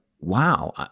wow